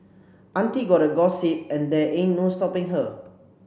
auntie gotta gossip and there ain't no stopping her